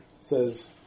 says